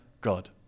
God